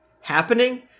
happening